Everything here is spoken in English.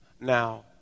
Now